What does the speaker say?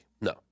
No